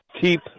keep